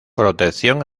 protección